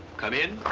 come in?